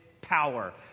power